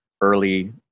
early